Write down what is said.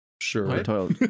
sure